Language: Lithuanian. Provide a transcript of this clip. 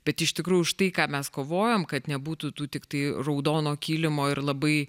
bet iš tikrųjų už tai ką mes kovojom kad nebūtų tų tiktai raudono kilimo ir labai